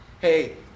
Hey